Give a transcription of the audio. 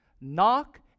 Knock